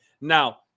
Now